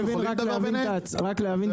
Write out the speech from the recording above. רק להבין